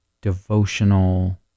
devotional